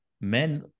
men